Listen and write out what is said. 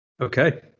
Okay